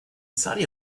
saudi